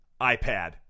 iPad